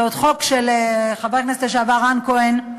זה חוק עוד של חבר הכנסת לשעבר רן כהן,